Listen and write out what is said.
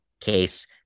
case